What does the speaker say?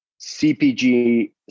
CPG